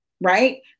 right